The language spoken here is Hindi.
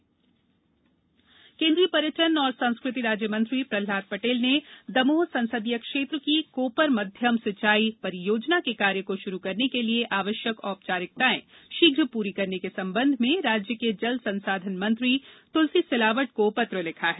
पटेल चिट्ठी केन्द्रीय पर्यटन और संस्कृति राज्यमंत्री प्रहलाद पटेल ने दमोह संसदीय क्षेत्र की कोपरा मध्यम सिंचाई परियोजना के कार्य को शुरू करने के लिए आवश्यक औपचारिकताएं शीघ्र पूरी करने के संबंध में राज्य के जल संसाधन मंत्री तुलसी सिलावट को पत्र लिखा है